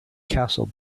castle